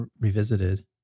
revisited